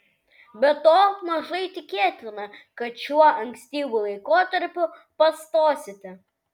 be to mažai tikėtina kad šiuo ankstyvu laikotarpiu pastosite